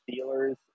Steelers